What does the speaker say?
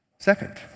Second